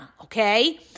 okay